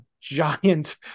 giant